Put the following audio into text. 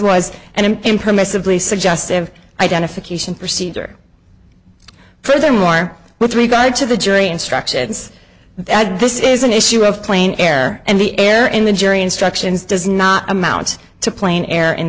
was and impermissibly suggestive identification procedure furthermore with regard to the jury instructions this is an issue of plain air and the air in the jury instructions does not amount to plane air in